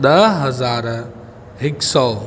ॾह हज़ार हिकु सौ